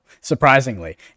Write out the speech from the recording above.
Surprisingly